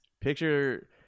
Picture